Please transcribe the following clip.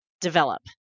develop